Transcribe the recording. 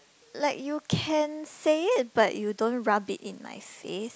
like you can say it but you don't rub it in my face